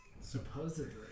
Supposedly